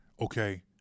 okay